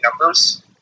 numbers